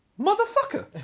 motherfucker